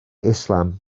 islam